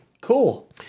Cool